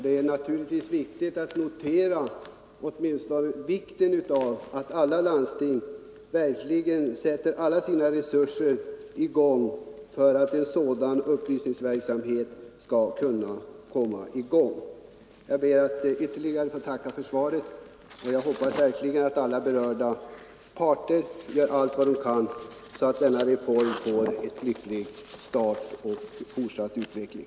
Det är angeläget att alla landsting verkligen mobiliserar sina resurser för att en sådan kursverksamhet skall komma i gång. Jag ber att ytterligare en gång få tacka för svaret och hoppas att alla berörda partér gör allt vad de kan för att denna reform skall få en lycklig start och en god fortsatt utveckling.